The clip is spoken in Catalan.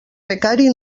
becari